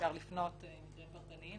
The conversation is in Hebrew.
ואפשר לפנות עם מקרים פרטניים,